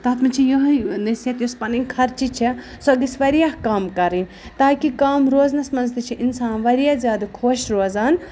تَتھ منٛزچھِ یِہوے نصحیت یُس پَنٕنۍ خرچہٕ چھےٚ سۄ گژھِ واریاہ کَم کَرٕنۍ تاکہِ کَم روزنَس منٛز تہِ چھُ اِنسان واریاہ خۄش روزان